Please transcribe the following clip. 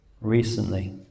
recently